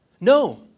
No